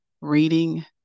reading